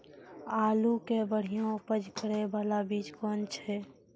आलू के बढ़िया उपज करे बाला बीज कौन छ?